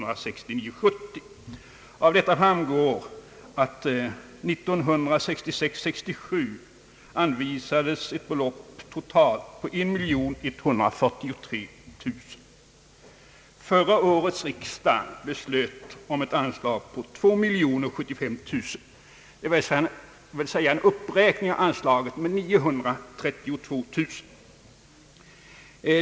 Av detta material framgår att 1966/67 anvisades totalt 1143 000 kronor. Förra årets riksdag beslöt ett anslag på 2075 000 kronor, dvs. en uppräkning av anslaget med 932 000.